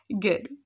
Good